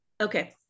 okay